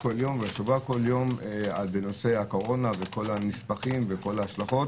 כל יום בנושא הקורונה עם כל הנספחים וההשלכות,